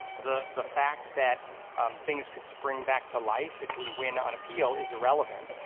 the the fact that things could spring back to life if we win on appeal is irrelevant,